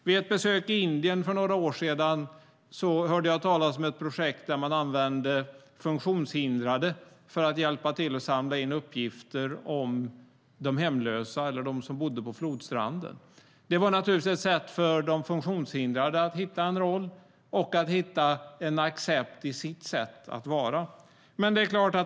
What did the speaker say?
Vid ett besök i Indien för några år sedan hörde jag talas om ett projekt där man använde funktionshindrade för att hjälpa till att samla in uppgifter om de hemlösa och de som bodde på flodstranden. Det var naturligtvis ett sätt för de funktionshindrade att hitta en roll och en accept för sitt sätt att vara.